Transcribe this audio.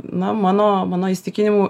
na mano mano įsitikinimu